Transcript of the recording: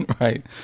Right